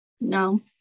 No